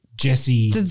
Jesse